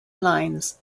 lines